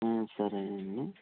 సరేనండి